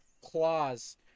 claws